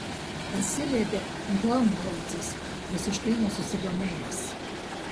atsiliepė helmholcas visiškai nesusidomėjęs